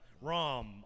rum